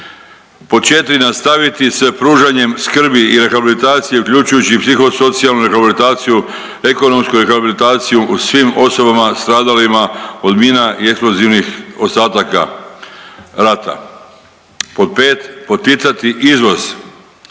Pod 4, nastaviti sa pružanjem skrbi i rehabilitacije, uključujući i psihosocijalnu rehabilitaciju, ekonomsku rehabilitaciju u svim osobama stradalima od mina i eksplozivnih ostataka rata. Pod 5, poticati izvoz